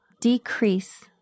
decrease